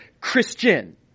Christian